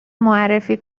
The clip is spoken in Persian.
معرفی